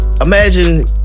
Imagine